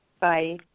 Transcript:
Bye